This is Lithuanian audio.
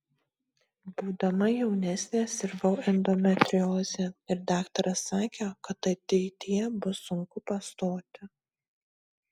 būdama jaunesnė sirgau endometrioze ir daktaras sakė kad ateityje bus sunku pastoti